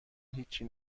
هیچی